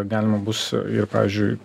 galima bus ir pavyzdžiui